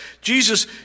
Jesus